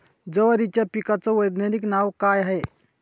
जवारीच्या पिकाचं वैधानिक नाव का हाये?